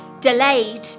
Delayed